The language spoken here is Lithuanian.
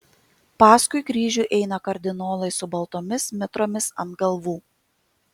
paskui kryžių eina kardinolai su baltomis mitromis ant galvų